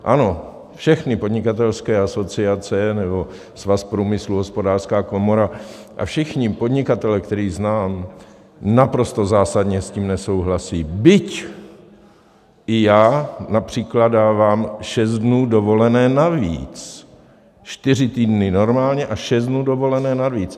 Ano, všechny podnikatelské asociace nebo Svaz průmyslu, Hospodářská komora a všichni podnikatelé, které znám, s tím naprosto zásadně nesouhlasí, byť i já například dávám šest dnů dovolené navíc, čtyři týdny normálně a šest dnů dovolené navíc.